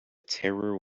terror